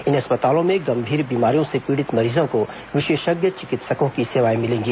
इन अस्पतालों में गंभीर बीमारियों से पीड़ित मरीजों को विशेषज्ञ चिकित्सकों की सेवाएं मिलेंगी